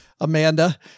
Amanda